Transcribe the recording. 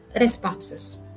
responses